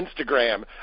Instagram